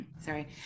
Sorry